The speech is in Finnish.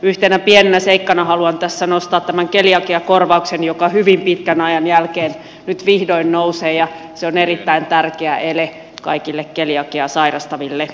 yhtenä pienenä seikkana haluan tässä nostaa esille tämän keliakiakorvauksen joka hyvin pitkän ajan jälkeen nyt vihdoin nousee ja se on erittäin tärkeä ele kaikille keliakiaa sairastaville